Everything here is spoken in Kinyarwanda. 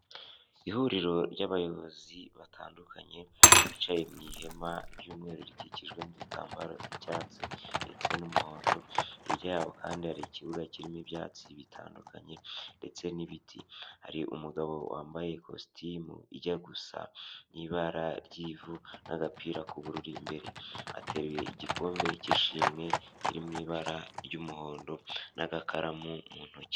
Ihuriro ry'abayobozi batandukanye bicaye mu ihema ry'umweru rikikijwe n'udutambaro tw'icyatsi ndetse n'umuhondo, hirya yabo kandi hari ikibuga kirimo ibyatsi bitandukanye ndetse n'ibiti, hari umugabo wambaye ikositimu ijya gusa n'ibara ry'ivu n'agapira k'ubururu imbere, ateruye igikombe k'ishimwe kiri mu ibara ry'umuhondo n'agakaramu mu ntoki.